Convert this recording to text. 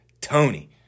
Tony